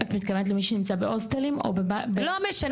את מתכוונת למי שנמצאת בהוסטלים או בבית --- לא משנה.